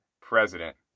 president